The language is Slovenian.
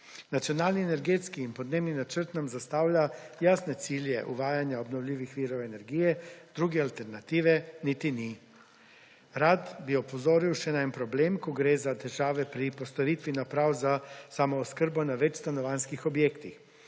Nacionalni energetski in podnebni načrt nam zastavlja jasne cilje uvajanja obnovljivih virov energije, druge alternative niti ni. Rad bi opozoril še na eden problem, ko gre za težave pri postavitvi naprav za samooskrbo na več stanovanjskih objektih,